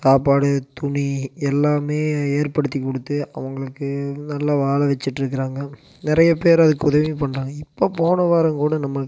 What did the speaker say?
சாப்பாடு துணி எல்லாமே ஏற்படுத்தி கொடுத்து அவங்களுக்கு நல்ல வாழவச்சுட்ருக்குறாங்க நிறைய பேரு அதுக்கு உதவியும் பண்ணுறாங்க இப்போ போன வாரோங்கூட நம்ம